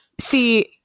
See